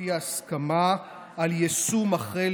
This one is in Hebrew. לפי ההסכמה, ביישום החל